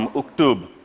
um uktub,